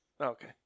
Okay